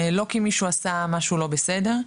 לא כי מישהו עשה משהו לא בסדר,